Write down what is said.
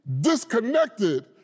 disconnected